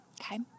Okay